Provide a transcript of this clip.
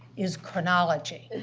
is chronology.